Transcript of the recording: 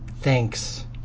Thanks